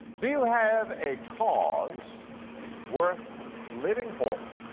do you have a cause worth living for?